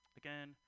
again